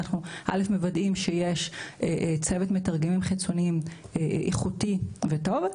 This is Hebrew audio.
אז קודם כל מוודאים שיש צוות מתרגמים חיצוניים איכותי וטוב,